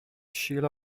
sheila